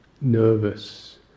nervous